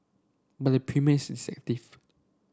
but the premium is deceptive